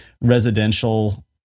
residential